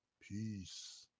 Peace